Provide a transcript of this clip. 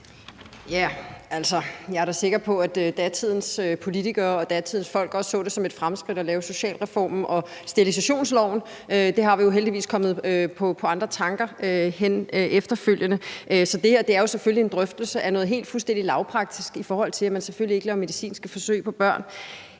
Jeg er da sikker på, at datidens politikere og datidens folk også så det som et fremskridt at lave socialreformen og sterilisationsloven. Der er vi jo heldigvis kommet på andre tanker efterfølgende. Det her er jo selvfølgelig en drøftelse af noget fuldstændig lavpraktisk, i forhold til at man selvfølgelig ikke laver medicinske forsøg på børn.